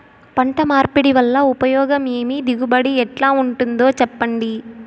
పంట మార్పిడి వల్ల ఉపయోగం ఏమి దిగుబడి ఎట్లా ఉంటుందో చెప్పండి?